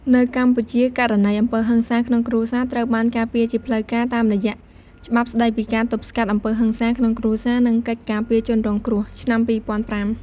នៅកម្ពុជា ករណីអំពើហិង្សាក្នុងគ្រួសារត្រូវបានការពារជាផ្លូវការតាមរយៈ “ច្បាប់ស្ដីពីការទប់ស្កាត់អំពើហិង្សាក្នុងគ្រួសារ និងកិច្ចការពារជនរងគ្រោះ” ឆ្នាំ ២០០៥។